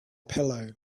pillow